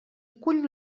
cull